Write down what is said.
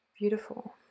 Beautiful